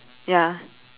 ya